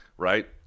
Right